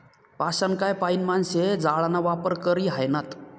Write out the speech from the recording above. पाषाणकाय पाईन माणशे जाळाना वापर करी ह्रायनात